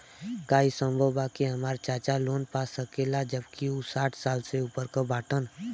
का ई संभव बा कि हमार चाचा लोन पा सकेला जबकि उ साठ साल से ऊपर बाटन?